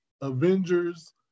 Avengers